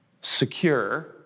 secure